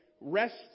Rest